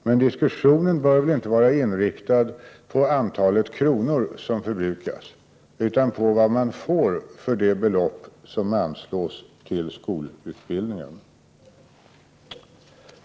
Men diskussionen bör väl inte vara inriktad på antalet kronor som förbrukas utan på vad man får för de belopp som anslås till skolutbildningen.